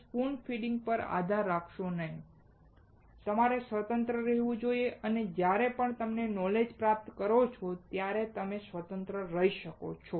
spoon feeding પર આધાર રાખશો નહીં તમારે સ્વતંત્ર રહેવું જોઈએ અને જ્યારે તમે નૉલિજ પ્રાપ્ત કરો ત્યારે જ તમે સ્વતંત્ર થઈ શકો છો